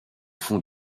fond